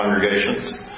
congregations